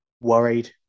worried